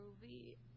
movie